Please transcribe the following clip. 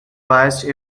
biased